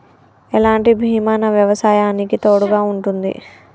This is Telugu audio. ఎలాంటి బీమా నా వ్యవసాయానికి తోడుగా ఉంటుంది?